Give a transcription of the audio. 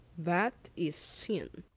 that is sin.